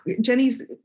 Jenny's